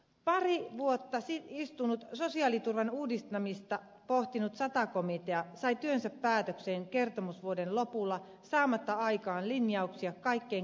pari vuotta istunut sosiaaliturvan uudistamista pohtinut sata komitea sai työnsä päätökseen kertomusvuoden lopulla saamatta aikaan linjauksia kaikkein keskeisimpiin ongelmiin